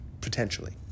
potentially